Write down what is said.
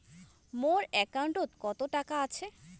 মোর একাউন্টত কত টাকা আছে?